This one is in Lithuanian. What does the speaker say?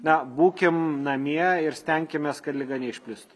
na būkim namie ir stenkimės kad liga neišplistų